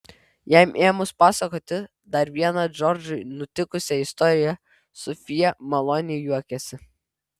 jam ėmus pasakoti dar vieną džordžui nutikusią istoriją sofija maloniai juokėsi